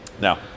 Now